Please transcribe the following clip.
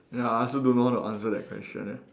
ya I also don't know how to answer that question leh